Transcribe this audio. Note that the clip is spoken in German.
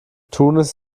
tunis